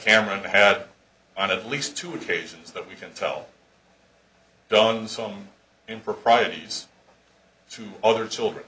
cameron had on at least two occasions that we can tell done some improprieties to other children